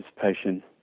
Participation